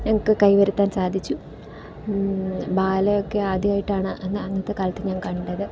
ഞങ്ങൾക്ക് കൈവരുത്താൻ സാധിച്ചു ബാലയൊക്കെ ആദ്യമായിട്ടാണ് അന്ന് അന്നത്തെ കാലത്ത് ഞാൻ കണ്ടത്